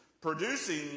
producing